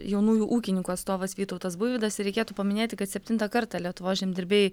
jaunųjų ūkininkų atstovas vytautas buivydas ir reikėtų paminėti kad septintą kartą lietuvos žemdirbiai